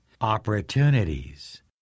opportunities